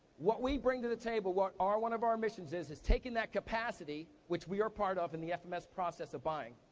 what we bring to the table, what one of our missions is, is taking that capacity, which we are part of in the fms process of buying,